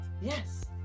Yes